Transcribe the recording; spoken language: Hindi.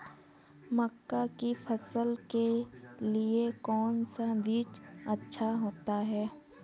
मक्का की फसल के लिए कौन सा बीज अच्छा होता है?